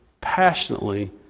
passionately